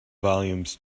volumes